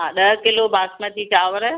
हा ॾह किलो बासमती चांवर